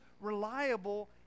reliable